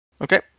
Okay